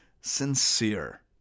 sincere